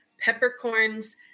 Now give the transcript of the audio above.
peppercorns